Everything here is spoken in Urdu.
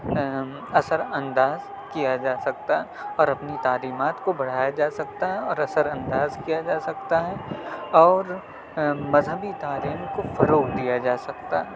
اثر انداز کیا جا سکتا اور اپنی تعلیمات کو بڑھایا جا سکتا ہے اور اثر انداز کیا جا سکتا ہے اور مذہبی تعلیم کو فروغ دیا جا سکتا ہے